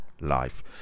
life